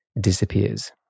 disappears